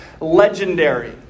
legendary